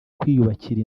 kwiyubakira